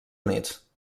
units